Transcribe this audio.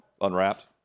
unwrapped